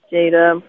Jada